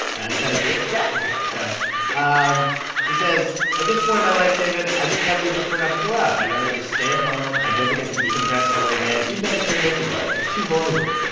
and can i read it? yeah ok. so um he says, at this point in my life, david, i just heavily prefer not to go out. i'd rather just stay at home. i don't think i can decompress ever again, even at a karaoke bar. it's too vulnerable.